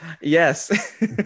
Yes